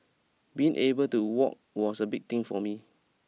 being able to walk was a big thing for me